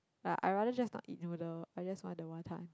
I rather just not eat noodles I just want the wanton